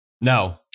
No